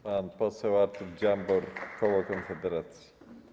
Pan poseł Artur Dziambor, koło Konfederacji.